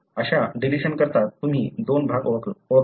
अशा डिलिशन करता तुम्ही कोणता भाग ओळखाल